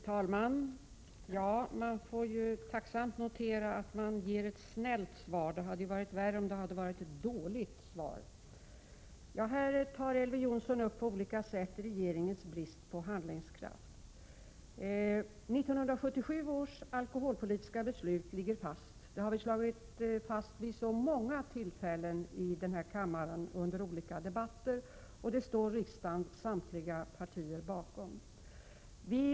Fru talman! Jag får tacksamt notera att jag gett ett snällt svar. Det hade varit värre om svaret hade varit dåligt. Elver Jonsson tar på olika sätt upp regeringens brist på handlingskraft. 1977 års alkoholpolitiska beslut ligger fast. Det har vi vid många tillfällen i olika debatter i denna kammare slagit fast. Riksdagens samtliga partier står bakom beslutet.